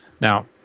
Now